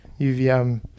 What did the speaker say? UVM